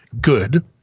good